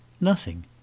Nothing